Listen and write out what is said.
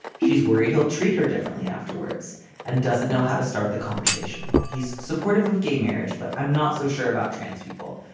she's worried he'll treat her differently afterwards and doesn't know how to start the conversation. he's supportive of gay marriage but i'm not so sure about trans people.